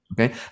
okay